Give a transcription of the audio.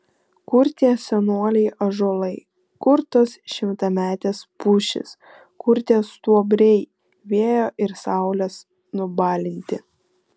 kur tie senoliai ąžuolai kur tos šimtametės pušys kur tie stuobriai vėjo ir saulės nubalinti